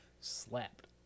slapped